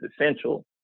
essential